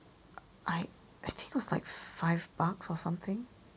I I think it's like five bucks or something